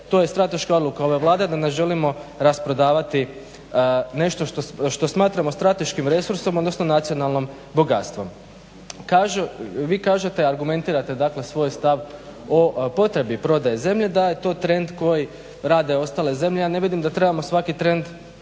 to je strateška odluka ove Vlade da ne želimo rasprodavati nešto što smatramo strateškim resursom, odnosno nacionalnim bogatstvom. Kažu, vi kažete, argumentirate dakle svoj stav o potrebi prodaje zemlje da je to trend koji rade ostale zemlje, ja ne vidim da trebamo svaki trend